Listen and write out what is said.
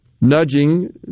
nudging